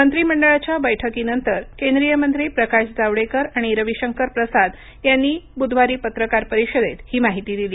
मंत्रिमंडळाच्या बैठकीनंतर केंद्रीय मंत्री प्रकाश जावडेकर आणि रविशंकर प्रसाद यांनी बुधवारी पत्रकार परिषदेत ही माहिती दिली